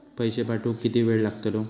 पैशे पाठवुक किती वेळ लागतलो?